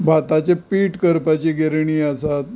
भाताचें पीठ करपाची गिरणी आसात